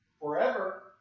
forever